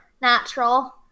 natural